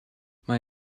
mae